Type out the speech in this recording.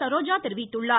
சரோஜா தெரிவித்துள்ளார்